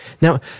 Now